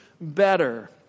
better